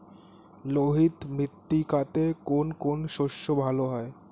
লোহিত মৃত্তিকাতে কোন কোন শস্য ভালো হয়?